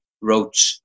wrote